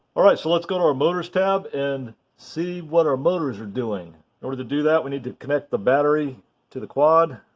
all right so let's go to our motors tab and see what our motors are doing. in order to do that we need to connect the battery to the quad.